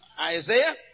Isaiah